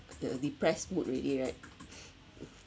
in a depressed mood already right